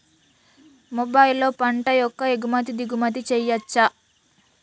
మొబైల్లో పంట యొక్క ఎగుమతి దిగుమతి చెయ్యచ్చా?